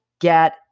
get